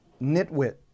nitwit